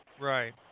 Right